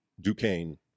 Duquesne